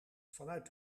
vanuit